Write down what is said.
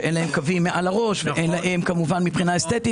שאין להם קווים מעל הראש וגם מבחינה אסתטית